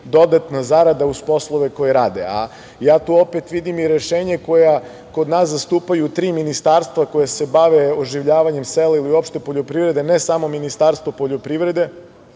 dodatna zarada uz poslove koje rade, a ja tu opet vidim i rešenja koja kod nas zastupaju tri ministarstva koja se bave oživljavanjem sela i uopšte poljoprivrede, ne samo Ministarstvo poljoprivrede,